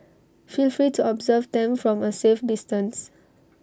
feel free to observe them from A safe distance